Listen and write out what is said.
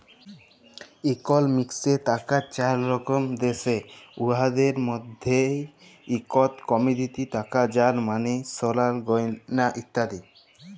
ইকলমিক্সে টাকার চার রকম দ্যাশে, উয়াদের মইধ্যে ইকট কমডিটি টাকা যার মালে সলার গয়লা ইত্যাদি